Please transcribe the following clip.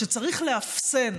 שצריך לאפסן